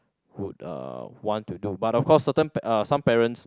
would uh want to do but of course certain uh some parents